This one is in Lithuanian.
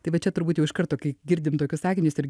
tai va čia turbūt jau iš karto kai girdim tokius sakinius ir